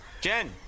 Jen